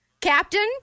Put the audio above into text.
Captain